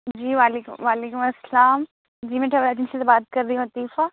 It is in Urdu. جی وعلیکم وعلیکم السّلام جی میں ٹراویل ایجنسی سے بات کر رہی ہوں عطیفہ